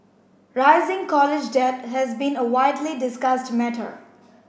rising college debt has been a widely discussed matter